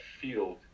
field